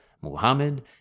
Muhammad